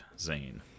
zane